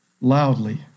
loudly